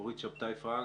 אורית שבתאי פרנק.